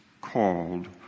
called